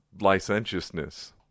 licentiousness